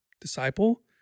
disciple